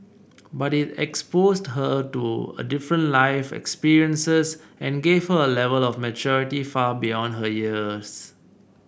but it exposed her to different life experiences and gave her A Level of maturity far beyond her years